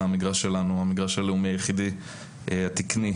שעת אחר-הצהריים,